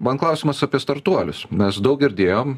man klausimas apie startuolius mes daug girdėjom